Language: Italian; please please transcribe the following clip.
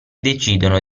decidono